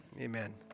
Amen